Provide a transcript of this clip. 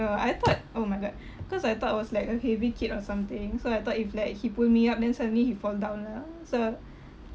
uh I thought oh my god cause I thought I was like a heavy kid or something so I thought if like he pull me up then suddenly he fall down lah so